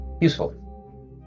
Useful